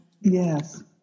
Yes